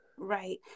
Right